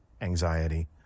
anxiety